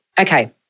Okay